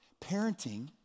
Parenting